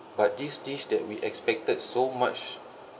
but this dish that we expected so much